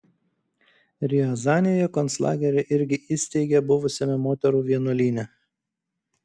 riazanėje konclagerį irgi įsteigė buvusiame moterų vienuolyne